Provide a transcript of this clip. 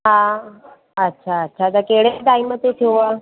हा अच्छा अच्छा त कहिड़े टाइम ते थियो आहे